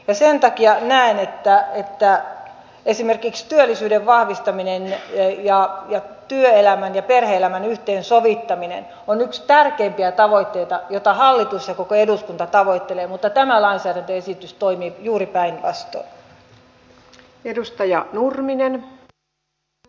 ja sen takia näen että esimerkiksi työllisyyden vahvistaminen ja työelämän ja perhe elämän yhteensovittaminen on yksi tärkeimpiä tavoitteita joita hallitus ja koko eduskunta tavoittelee mutta tämä lainsäädäntöesitys toimii juuri päinvastoin